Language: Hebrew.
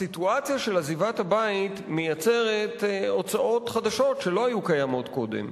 הסיטואציה של עזיבת הבית מייצרת הוצאות חדשות שלא היו קיימות קודם.